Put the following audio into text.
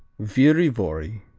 viry-vory,